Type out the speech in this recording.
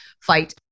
fight